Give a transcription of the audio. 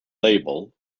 label